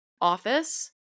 office